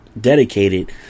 dedicated